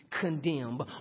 condemned